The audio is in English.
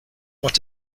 what